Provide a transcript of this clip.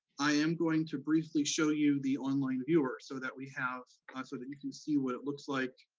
i am going to briefly show you the online viewer, so that we have, kind of so that you can see what it looks like.